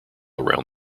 around